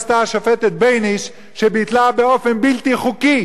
בייניש, שביטלה באופן בלתי חוקי